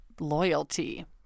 loyalty